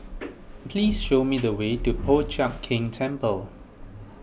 please show me the way to Po Chiak Keng Temple